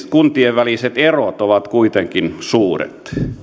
kuntien väliset erot ovat kuitenkin suuret